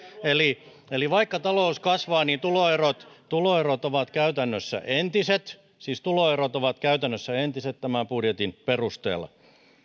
eli eli vaikka talous kasvaa tuloerot tuloerot ovat käytännössä entiset siis tuloerot ovat käytännössä entiset tämän budjetin perusteella